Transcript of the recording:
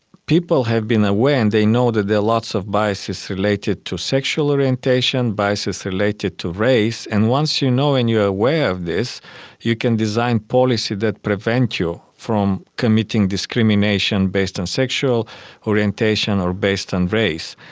people have been aware and they know that there are lots of biases related to sexual orientation, biases related to race, and once you know and you are aware of this you can design policy that prevents you from committing discrimination based on sexual orientation or based on race.